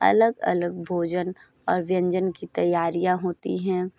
अलग अलग भोजन और व्यंजन की तैयारियाँ होती हैं